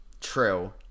True